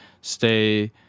stay